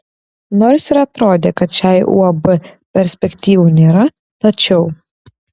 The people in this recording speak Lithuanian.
nors ir atrodė kad šiai uab perspektyvų nėra tačiau